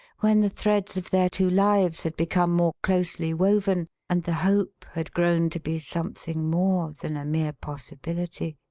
when the threads of their two lives had become more closely woven, and the hope had grown to be something more than a mere possibility.